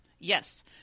Yes